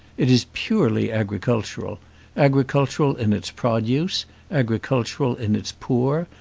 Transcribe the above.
it is purely agricultural agricultural in its produce, agricultural in its poor,